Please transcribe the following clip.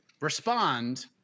respond